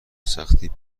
سختی